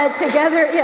ah together, yeah